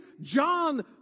John